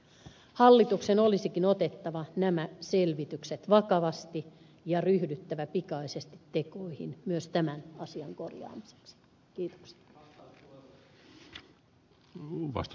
hallituksen olisikin otettava nämä selvitykset vakavasti ja ryhdyttävä pikaisesti tekoihin myös tämän asian korjaamiseksi